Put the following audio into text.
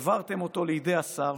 העברתם אותו לידי השר.